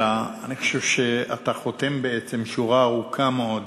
אלא שאני חושב שאתה חותם בעצם שורה ארוכה מאוד